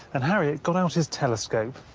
and harriot got out his telescope,